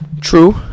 True